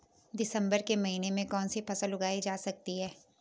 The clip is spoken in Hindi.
दिसम्बर के महीने में कौन सी फसल उगाई जा सकती है?